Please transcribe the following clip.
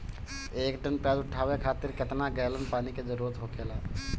एक टन प्याज उठावे खातिर केतना गैलन पानी के जरूरत होखेला?